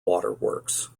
waterworks